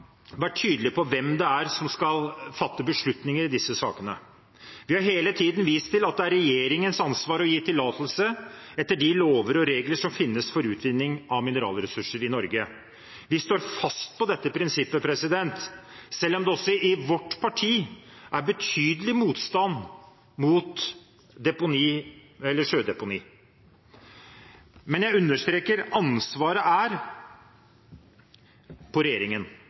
vært tydelige på hvem det er som skal fatte beslutninger i disse sakene. Vi har hele tiden vist til at det er regjeringens ansvar å gi tillatelse etter de lover og regler som finnes for utvinning av mineralressurser i Norge. Vi står fast på dette prinsippet, selv om det også i vårt parti er betydelig motstand mot deponi eller sjødeponi. Men jeg understreker: Ansvaret ligger hos regjeringen, og det er et betydelig ansvar som påhviler regjeringen,